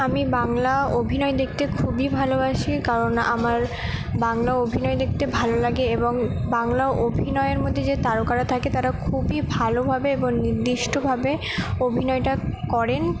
আমি বাংলা অভিনয় দেখতে খুবই ভালোবাসি কারণ আমার বাংলা অভিনয় দেখতে ভালো লাগে এবং বাংলা অভিনয়ের মধ্যে যে তারকারা থাকে তারা খুবই ভালোভাবে এবং নির্দিষ্টভাবে অভিনয়টা করেন